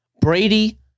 Brady